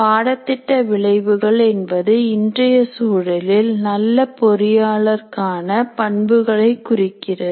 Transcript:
பாடத்திட்ட விளைவுகள் என்பது இன்றைய சூழலில் நல்ல பொறியாளர்காண பண்புகளை குறிக்கிறது